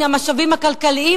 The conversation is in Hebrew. מהמשאבים הכלכליים,